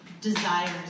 Desires